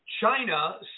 China